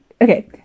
okay